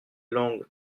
langue